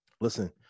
Listen